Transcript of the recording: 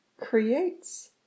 creates